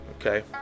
okay